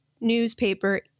newspaper